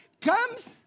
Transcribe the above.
comes